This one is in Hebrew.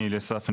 אני אליסף,